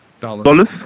Dollars